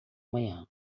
manhã